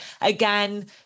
again